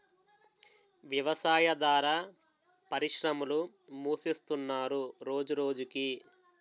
వ్యవసాయాదార పరిశ్రమలు మూసేస్తున్నరు రోజురోజకి